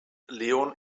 leon